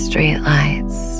Streetlights